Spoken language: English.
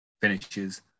finishes